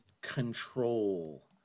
control